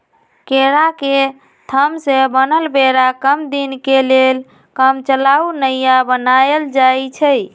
केरा के थम से बनल बेरा कम दीनके लेल कामचलाउ नइया बनाएल जाइछइ